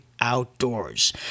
outdoors